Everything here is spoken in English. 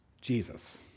Jesus